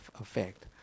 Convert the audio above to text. effect